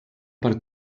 per